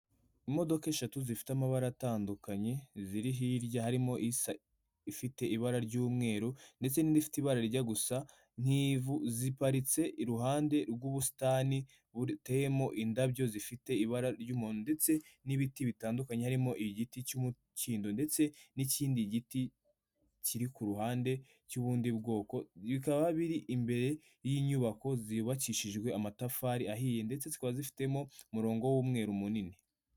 Imodoka eshatu zifite amabara atandukanye ziri hirya harimo isa ifite ibara ry'umweru ndetse n'ifite ibarajya gusa nk'ivu, ziparitse iruhande rw'ubusitani buteyemo indabyo zifite ibara ry'umuhondo ndetse n'ibiti bitandukanye harimo igiti cy'umukindo ndetse n'ikindi giti kiri ku ruhande cy'ubundi bwoko, bikaba biri imbere y'inyubako zubabakishijwe amatafari ahiye ndetse zikaba zifitemo umurongo w'umweru munini.